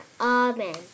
Amen